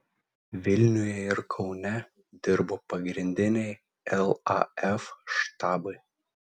vilniuje ir kaune dirbo pagrindiniai laf štabai